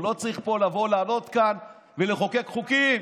הוא לא צריך לבוא ולעלות לכאן ולחוקק חוקים.